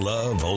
Love